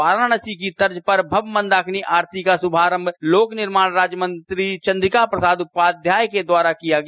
वाराणसी की तर्ज पर भव्य मंदाकिनी आरती का शुभारम्भ लोकनिर्माण राज्य मंत्री चन्द्रिका प्रसाद उपाध्याय के द्वारा किया गया